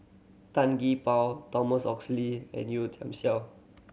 Tan Gee Paw Thomas Oxley and Yeo Tiam Siew